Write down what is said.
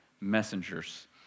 messengers